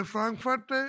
Frankfurt